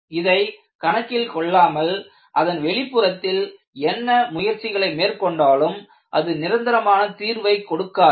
இதை கணக்கில் கொள்ளாமல் அதன் வெளிப்புறத்தில் என்ன முயற்சிகளை மேற்கொண்டாலும் அது நிரந்தரமான தீர்வை கொடுக்காது